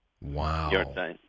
Wow